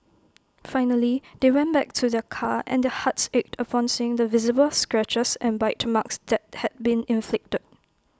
finally they went back to their car and their hearts ached upon seeing the visible scratches and bite marks that had been inflicted